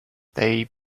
they